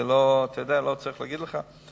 אני לא צריך להגיד לך,